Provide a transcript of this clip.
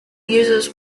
uses